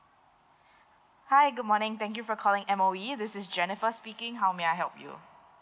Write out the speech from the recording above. hi good morning thank you for calling M_O_E this is jennifer speaking how may I help you